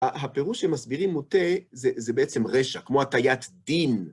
הפירוש שהם מסבירים - "מוטה" זה בעצם רשע, כמו הטיית דין.